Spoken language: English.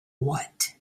what